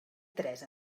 tres